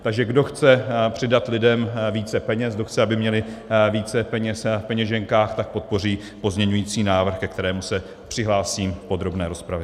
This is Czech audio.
Takže kdo chce přidat lidem více peněz, kdo chce, aby měli více peněz v peněženkách, tak podpoří pozměňovací návrh, ke kterému se přihlásím v podrobné rozpravě.